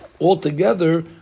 Altogether